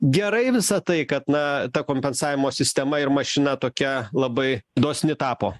gerai visą tai kad na ta kompensavimo sistema ir mašina tokia labai dosni tapo